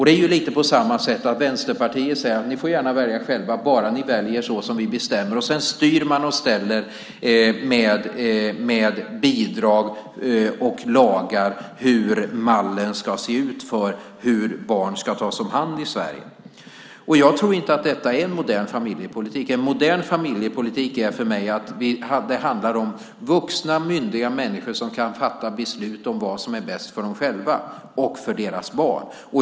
Det är lite på samma sätt här. Vänsterpartiet säger: Ni får gärna välja själva bara ni väljer så som vi bestämmer. Sedan styr och ställer man med bidrag och lagar när det gäller hur mallen ska se ut för hur barn i Sverige ska tas om hand. Jag tror inte att det är en modern familjepolitik. En modern familjepolitik handlar för mig om vuxna myndiga människor som kan fatta beslut om vad som är bäst för dem själva och för deras barn.